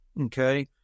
Okay